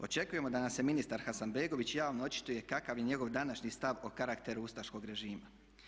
Očekujemo da nam se ministar Hasanbegović javno očituje kakav je njegov današnji stav o karakteru ustaškog režima.